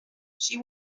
she